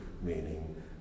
Meaning